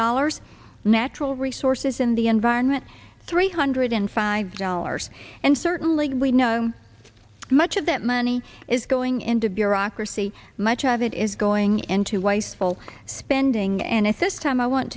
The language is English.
dollars natural resources in the environment three hundred and five dollars and certainly we know that much of that money is going into bureaucracy much of it is going into weisel spending and this time i want